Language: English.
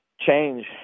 change